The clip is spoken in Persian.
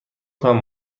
کنم